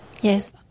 Yes